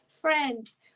friends